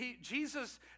Jesus